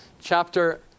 Chapter